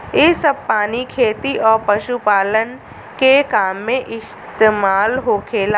इ सभ पानी खेती आ पशुपालन के काम में इस्तमाल होखेला